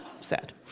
Sad